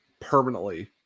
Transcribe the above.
permanently